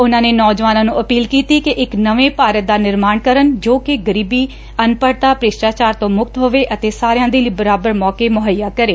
ਉਨਾਂ ਨੇ ਨੌਜਵਾਨਾਂ ਨੂੰ ਅਪੀਲ ਕੀਤੀ ਕਿ ਇਕ ਨਵੇਂ ਭਾਰਤ ਦਾ ਨਿਰਮਾਣ ਕਰਨ ਜੋ ਕਿ ਗਰੀਬੀ ਅਨਪੜਤਾ ਭ੍ਰਿਸਟਾਚਾਰ ਤੋਂ ਮੁਕਤ ਹੋਏ ਅਤੇ ਸਾਰਿਆਂ ਦੇ ਲਈ ਬਰਾਬਰ ਮੌਕੇ ਮੁਹੱਈਆ ਕਰੇ